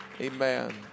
Amen